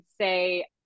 say